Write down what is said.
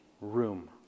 room